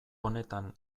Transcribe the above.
honetan